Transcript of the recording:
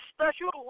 Special